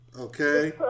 okay